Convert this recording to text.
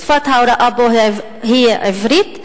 שפת ההוראה בו היא עברית,